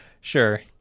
sure